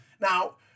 Now